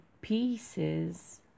pieces